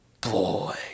boy